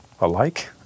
alike